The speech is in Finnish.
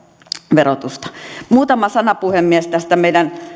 verotusta muutama sana puhemies tästä meidän